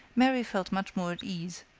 mary felt much more at ease,